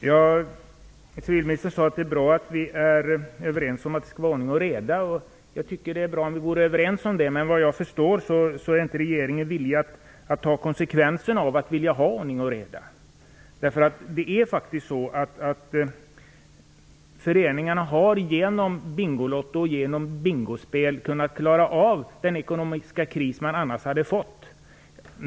Fru talman! Civilministern sade att det är bra att vi är överens om att det skall vara ordning och reda. Jag tycker att det vore bra om vi var överens om det. Men såvitt jag förstår är regeringen inte villig att ta konsekvenserna av att vilja ha ordning och reda. Föreningarna har genom Bingolotto och genom bingospel kunnat undvika den ekonomiska kris man annars hade fått.